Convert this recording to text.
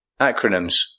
Acronyms